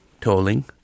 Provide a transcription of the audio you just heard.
tolling